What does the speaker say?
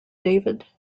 david